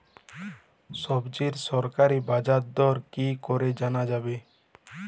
সবজির সরকারি বাজার দর কি করে জানা যাবে?